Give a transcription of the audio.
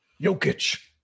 Jokic